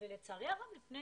ולצערי הרב, לפני